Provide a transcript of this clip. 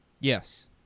Yes